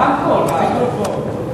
אבל רמקול, מיקרופון.